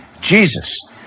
jesus